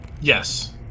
Yes